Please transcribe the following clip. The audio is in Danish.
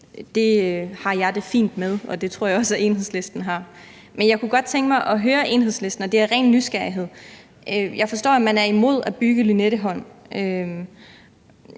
Det har jeg det fint med, og det tror jeg også Enhedslisten har. Jeg kunne godt tænke mig at høre Enhedslisten om noget, og det er af ren nysgerrighed. Jeg forstår, at man er imod at bygge Lynetteholm,